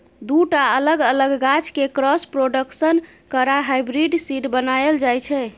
दु टा अलग अलग गाछ केँ क्रॉस प्रोडक्शन करा हाइब्रिड सीड बनाएल जाइ छै